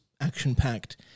action-packed